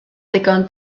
ddigon